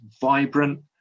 vibrant